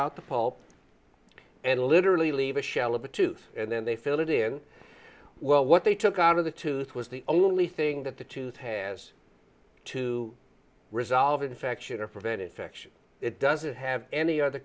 out the pulp it literally leave a shell of a tooth and then they fill it in well what they took out of the tooth was the only thing that the tooth has to resolve infection or prevent infection it doesn't have any othe